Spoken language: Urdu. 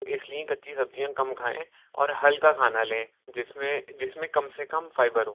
تو اس لیے کچی سبزیاں کم کھائیں اور ہلکا کھانا لیں جس میں جس میں کم سے کم فائبر ہو